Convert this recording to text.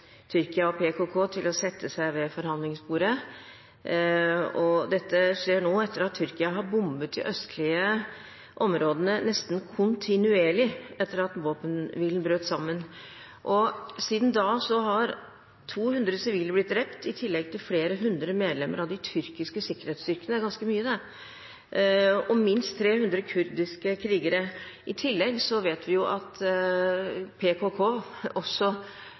Tyrkia og PKK til å sette seg ved forhandlingsbordet, og dette skjer etter at Tyrkia har bombet de østlige områdene nesten kontinuerlig etter at våpenhvilen brøt sammen. Siden da har 200 sivile blitt drept, i tillegg til flere hundre medlemmer av de tyrkiske sikkerhetsstyrkene – det er ganske mange – og minst 300 kurdiske krigere. I tillegg vet vi jo at PKK også